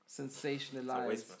sensationalized